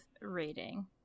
rating